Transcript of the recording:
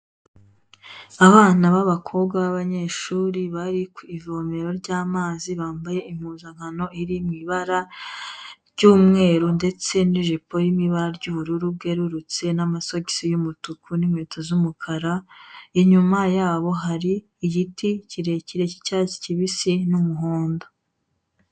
Abana b'abakobwa b'abanyeshuri bari ku ivomero ry'amazi, bambaye impuzankano iri mu ibara ry'umweru ndetse n'ijipo iri mu ibara ry'ubururu bwerurutse n'amasogisi y'umutuku n'inkweto z'umukara, inyuma yabo hari igiti kirekire cy'icyatsi kibisi n'umuhondo.